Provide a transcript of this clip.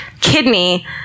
kidney